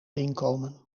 inkomen